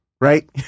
Right